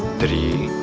three